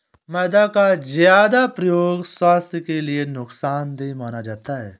मैदा का ज्यादा प्रयोग स्वास्थ्य के लिए नुकसान देय माना जाता है